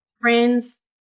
Friends